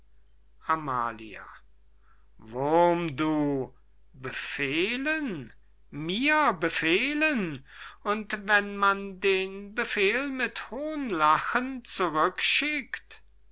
amalia wurm du befehlen mir befehlen und wenn man den befehl mit hohnlachen zurückschickt